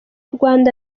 rwanda